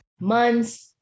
months